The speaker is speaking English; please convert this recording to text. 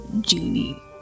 genie